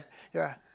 ya